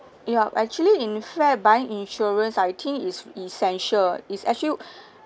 yup actually in fact buying insurance I think is essential is actually